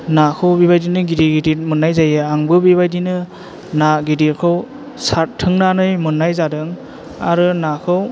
नाखौ बेबायदिनो गिदिर गिदिर मोननाय जायो आंबो बेबायदिनो ना गिदिरखौ सारथोंनानै मोननाय जादों आरो नाखौ